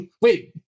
wait